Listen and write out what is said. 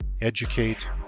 educate